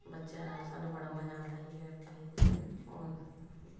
ਬੱਚਿਆਂ ਨਾਲ ਸਾਨੂੰ ਬੜਾ ਮਜ਼ਾ ਆਉਂਦਾ ਸੀ ਖੇਡ ਕੇ ਹੁਣ